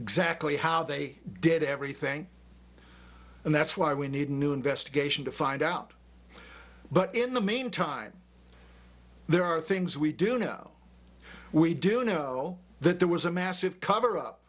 exactly how they did everything and that's why we need a new investigation to find out but in the meantime there are things we do know we do know that there was a massive cover up